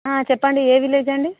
చెప్పండి ఏ విలేల్ లేండి